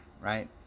right